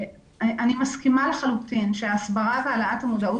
אני מסכימה לחלוטין שההסברה והעלאת המודעות